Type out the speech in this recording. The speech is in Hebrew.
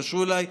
תתקשרו אליי,